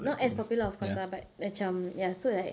not as popular of course lah but macam ya so like